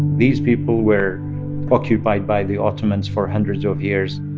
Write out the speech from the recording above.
these people were occupied by the ottomans for hundreds of years